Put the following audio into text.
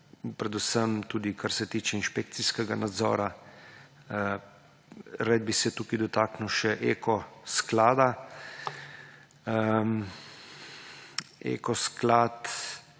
predvsem tudi kar se tiče inšpekcijskega nadzora. Rad bi se tukaj dotaknil še Eko sklada, o Eko skladu